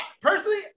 personally